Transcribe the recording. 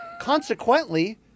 consequently